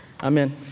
Amen